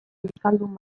euskaldun